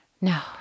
No